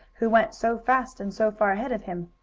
who went so fast and so far ahead of him.